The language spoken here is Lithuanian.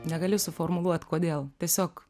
negali suformuluot kodėl tiesiog